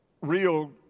real